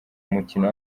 mukino